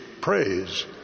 praise